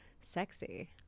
Sexy